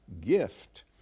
gift